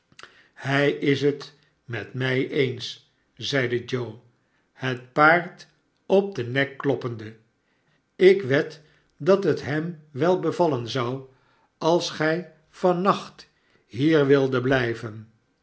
hij is het met mij eens zeide joe het paard op den nek kloppende ik wed dat het hem wel bevallen zou als gij van nacht hier wildet blijven